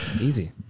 Easy